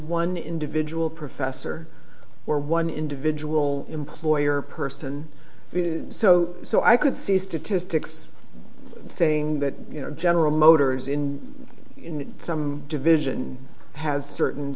one individual professor or one individual employee or person so so i could see statistics saying that you know general motors in some division has certain